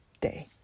day